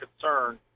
concern